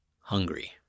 hungry